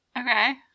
Okay